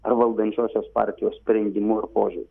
ar valdančiosios partijos sprendimu ir požiūriu